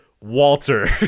Walter